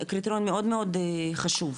קריטריון מאוד מאוד חשוב.